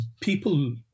people